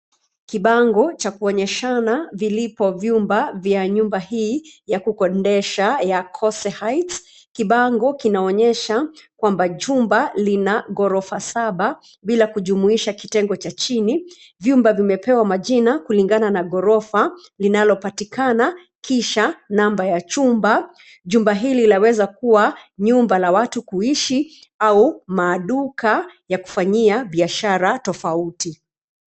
Kibango cha kuonyeshana vilipo vyumba vya nyumba hii ya kukodisha ya Kose Heights . Kibango kinaonyesha kwamba jumba lina ghorofa saba bila kujuimisha kitengo cha chini. Vyumba vimepewa majina kulingana na ghorofa linalopatikana, kisha namba ya chumba. Jumba hili laweza kuwa nyumba la watu kuishi au maduka yakufanyia biashara tofauti.